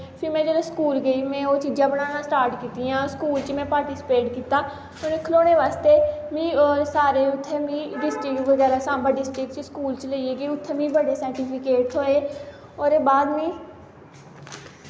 फ्ही में जिसलै स्कूल गेई में ओह् चीजां बनाना स्टार्ट कीतियां स्कूल च में पार्टीसिपेट कीता फ्ही उ'नें खलौने बास्तै मी सारें उत्थै मी डिस्ट्रिक बगैरा सांबा डिस्ट्रिक च स्कूल च लेइयै गे उत्थै मी बड़े सर्टिफिकेट थ्होए ओह्दे बाद मी